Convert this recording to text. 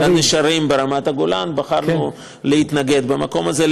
לנשרים ברמת הגולן, בחרנו להתנגד, במקום הזה.